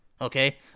okay